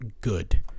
good